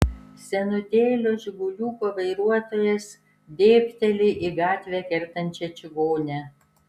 senutėlio žiguliuko vairuotojas dėbteli į gatvę kertančią čigonę